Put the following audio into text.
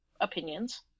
opinions